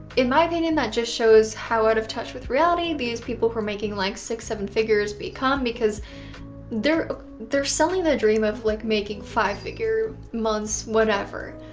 in my opinion, that just shows how out of touch with reality these people who are making like six, seven figures become because they're they're selling the dream of like making five figure months, whatever,